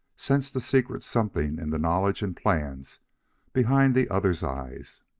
sensed a secret something in the knowledge and plans behind the other's eyes.